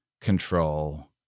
control